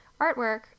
artwork